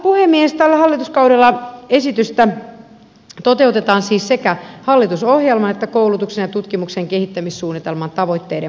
tällä hallituskaudella esitystä toteutetaan siis sekä hallitusohjelman että koulutuksen ja tutkimuksen kehittämissuunnitelman tavoitteiden mukaisesti